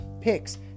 picks